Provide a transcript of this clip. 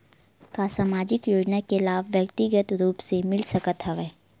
का सामाजिक योजना के लाभ व्यक्तिगत रूप ले मिल सकत हवय?